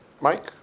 Mike